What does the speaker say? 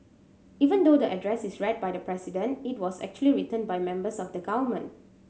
even though the address is read by the President it was actually written by members of the government